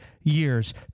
years